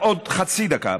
עוד חצי דקה.